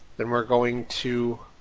then we're going to